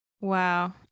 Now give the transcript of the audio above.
Wow